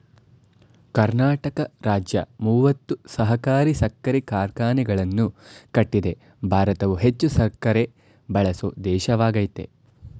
ಕರ್ನಾಟಕ ರಾಜ್ಯ ಮೂವತ್ತು ಸಹಕಾರಿ ಸಕ್ಕರೆ ಕಾರ್ಖಾನೆಗಳನ್ನು ಕಟ್ಟಿದೆ ಭಾರತವು ಹೆಚ್ಚು ಸಕ್ಕರೆ ಬಳಸೋ ದೇಶವಾಗಯ್ತೆ